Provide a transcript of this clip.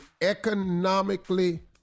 economically